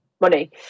money